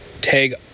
tag